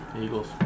Eagles